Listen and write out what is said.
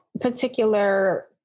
particular